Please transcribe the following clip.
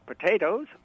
potatoes